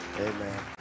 Amen